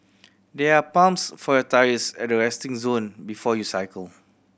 there are pumps for your tyres at the resting zone before you cycle